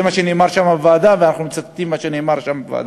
זה מה שנאמר שם בוועדה ואנחנו מצטטים מה שנאמר שם בוועדה.